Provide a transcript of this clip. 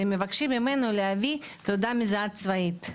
והם מבקשים ממנו להביא תעודה מזהה צבאית.